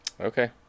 Okay